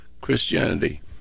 Christianity